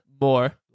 More